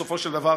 בסופו של דבר,